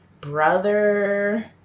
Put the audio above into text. brother